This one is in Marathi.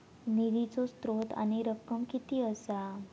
निधीचो स्त्रोत व रक्कम कीती असा?